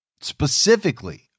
specifically